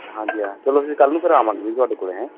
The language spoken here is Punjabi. ਹਾਂਜੀ ਹਾਂ ਚਲੋ ਜੀ ਕੱਲ੍ਹ ਨੂੰ ਫਿਰ ਆਵਾਂਗੇ ਵੀ ਤੁਹਾਡੇ ਕੋਲ ਹੈਂ